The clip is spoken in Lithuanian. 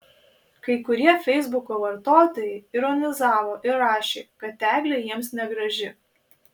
kai kurie feisbuko vartotojai ironizavo ir rašė kad eglė jiems negraži